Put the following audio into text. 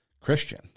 Christian